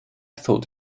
thought